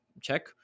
check